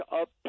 up